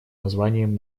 названием